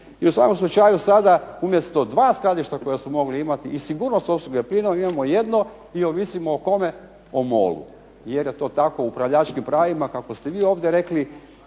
I u svakom slučaju sada umjesto dva skladišta koja smo mogli imati i sigurnost opskrbe plinom imamo jedno i ovisimo o kome o MOL-u jer je to tako u upravljačkim pravima kako ste vi ovdje rekli,